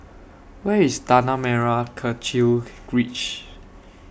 Where IS Tanah Merah Kechil Ridge